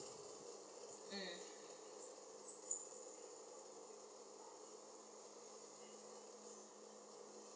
mm